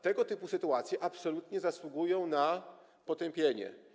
Tego typu sytuacje absolutnie zasługują na potępienie.